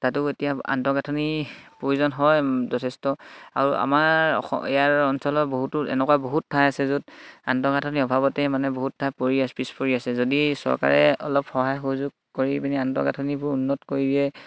তাতো এতিয়া আন্তঃগাঁথনিৰ প্ৰয়োজন হয় যথেষ্ট আৰু আমাৰ ইয়াৰ অঞ্চলৰ বহুতো এনেকুৱা বহুত ঠাই আছে য'ত আন্তঃগাঁথনি অভাৱতে মানে বহুত ঠাই পৰি পিছ পৰি আছে যদি চৰকাৰে অলপ সহায় সহযোগ কৰি পিনি আন্তঃগাঁথনিবোৰ উন্নত কৰি দিয়ে